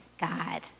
God